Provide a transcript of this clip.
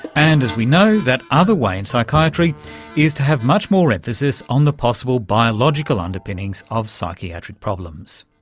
and, as we know, that other way in psychiatry is to have much more emphasis on the possible biological underpinnings of psychiatric problems.